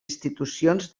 institucions